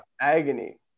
Agony